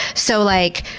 so like,